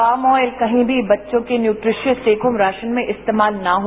पॉम oil कहीं भी बच्चों के न्यूट्रीशीयश टेक होम राशन में इस्तेमाल न हो